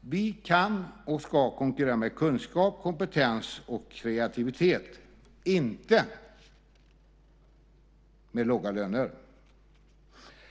Vi kan och ska konkurrera med kunskap, kompetens och kreativitet, inte med låga löner.